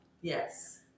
Yes